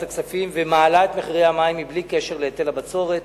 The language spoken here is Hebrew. הכספים ומעלה את מחירי המים בלי קשר להיטל הבצורת.